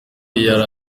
yari